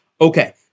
Okay